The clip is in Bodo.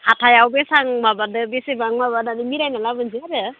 हाथायाव बेसां माबादो बेसेबां माबानानै मिलायना लाबोनोसै आरो